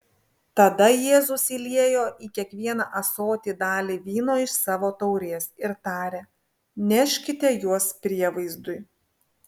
tada jėzus įliejo į kiekvieną ąsotį dalį vyno iš savo taurės ir tarė neškite juos prievaizdui